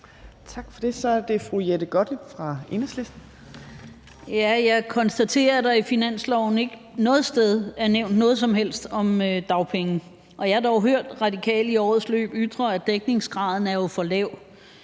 Jeg konstaterer, at der i finanslovsforslaget ikke noget sted er nævnt noget som helst om dagpenge. Jeg har dog hørt Radikale i årets løb ytre, at dækningsgraden er for lav,